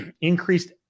increased